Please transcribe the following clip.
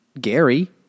Gary